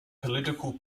political